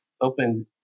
opened